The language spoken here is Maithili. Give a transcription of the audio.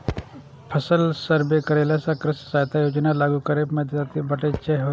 फसल सर्वे करेला सं कृषि सहायता योजना लागू करै मे मदति भेटैत छैक